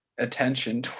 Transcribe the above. attention